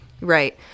Right